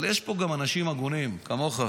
אבל יש פה גם אנשים הגונים, כמוך,